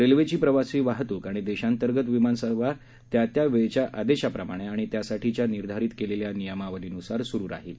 रेल्वेची प्रवासी वाहतूक आणि देशांतर्गत विमानसेवा त्या त्यावेळच्या आदेशाप्रमाणे आणि त्यासाठीच्या निर्धारित केलेल्या नियमावलीनुसारच सुरु राहील